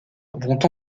vont